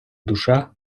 душа